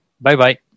Bye-bye